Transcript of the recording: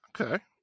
Okay